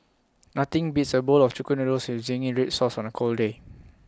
nothing beats A bowl of Chicken Noodles with Zingy Red Sauce on A cold day